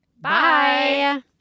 Bye